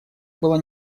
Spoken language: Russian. было